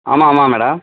ஆமாம் ஆமாம் மேடம்